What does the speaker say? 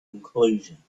conclusion